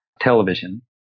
television